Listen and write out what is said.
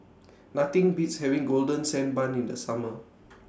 Nothing Beats having Golden Sand Bun in The Summer